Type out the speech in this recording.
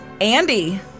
Andy